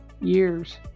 Years